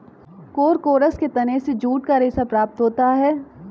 Corchorus के तने से जूट का रेशा प्राप्त होता है